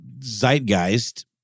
zeitgeist